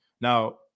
now